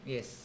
Yes